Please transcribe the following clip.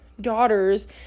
daughters